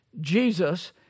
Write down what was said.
Jesus